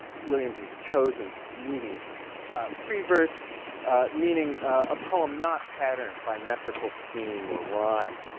williams's chosen medium free verse meaning a poem not patterned by metrical scheme or rhyme,